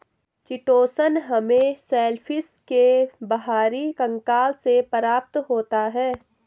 chitosan हमें shellfish के बाहरी कंकाल से प्राप्त होता है